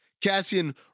Cassian